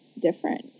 different